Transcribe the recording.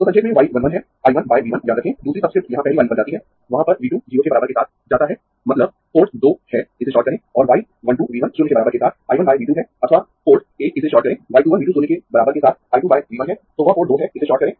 तो संक्षेप में y 1 1 है I 1 बाय V 1 याद रखें दूसरी सब स्क्रिप्ट यहां पहली वाली पर जाती है वहां पर V 2 0 के बराबर के साथ जाता है मतलब पोर्ट दो है इसे शॉर्ट करें और y 1 2 V 1 शून्य के बराबर के साथ I 1 बाय V 2 है अथवा पोर्ट एक इसे शॉर्ट करें y 2 1 V 2 शून्य के बराबर के साथ I 2 बाय V 1 है तो वह पोर्ट दो है इसे शॉर्ट करें